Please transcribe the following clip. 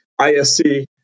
ISC